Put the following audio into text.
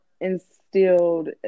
instilled